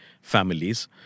families